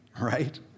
right